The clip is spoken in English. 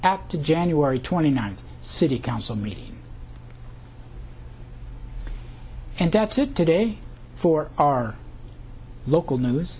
at the january twenty ninth city council meeting and that's it today for our local news